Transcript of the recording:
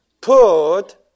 put